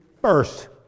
first